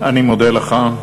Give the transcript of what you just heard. אני מודה לך.